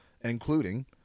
including